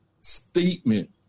statement